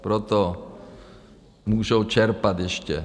Proto můžou čerpat ještě.